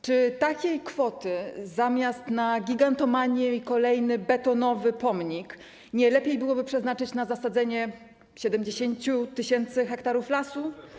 Czy taką kwotę zamiast na gigantomanię i kolejny betonowy pomnik nie lepiej byłoby przeznaczyć na zasadzenie 70 tys. ha lasu?